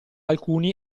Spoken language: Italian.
alcuni